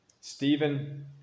Stephen